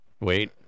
Wait